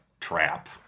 trap